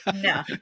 no